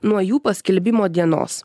nuo jų paskelbimo dienos